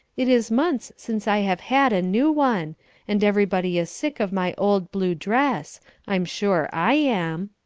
it is months since i have had a new one and everybody is sick of my old blue dress i'm sure i am.